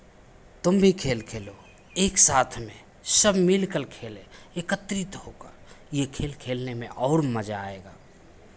तुम भी खेल खेलो एक साथ में सब मिल कर खेलें एकत्रित होकर ये खेल खेलने में और मज़ा आएगा